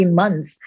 months